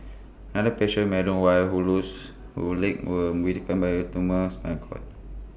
another patient Madam Y who loose who legs were weakened by A tumours and cord